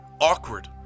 awkward